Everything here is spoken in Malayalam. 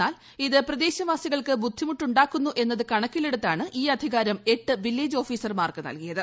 എന്നാൽ ഇത് പ്രദേശവാസികൾക്ക് ബുദ്ധിമുട്ടുണ്ടാക്കുന്നു എന്നത് കണക്കിലെടുത്താണ് ഈ അധികാരം എട്ട് വില്ലേജ് ഓഫീസർമാർക്ക് നൽകിയത്